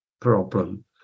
problem